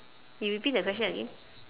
you repeat the question again